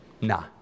nah